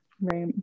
Right